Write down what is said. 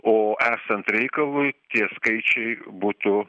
o esant reikalui tie skaičiai būtų